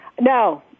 No